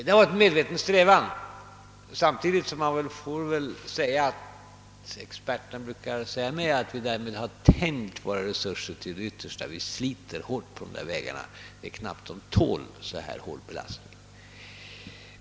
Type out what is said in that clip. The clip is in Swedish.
Vi har medvetet strävat åt det hållet — men experter brukar säga mig att vi därigenom har tänjt våra resurser till det yttersta. Vi sliter hårt på dessa vägar; de tål knappt en sådan belastning.